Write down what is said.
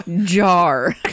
jar